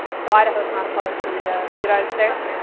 so idaho is not part of the united states?